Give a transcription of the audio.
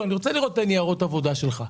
אני רוצה לראות את הניירות עבודה שלך,